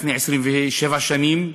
לפני 27 שנים.